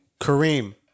Kareem